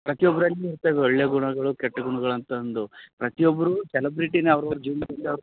ಪ್ರತಿಯೊಬ್ರಲ್ಲಿಯೂ ಇರ್ತದೆ ಒಳ್ಳೆಯ ಗುಣಗಳು ಕೆಟ್ಟ ಗುಣ್ಗಳು ಅಂತಂದು ಪ್ರತಿಯೊಬ್ರೂ ಸೆಲಬ್ರೆಟಿನೇ ಅವ್ರ ಅವ್ರ ಜೀವನ್ದಲ್ಲಿ ಅವ್ರು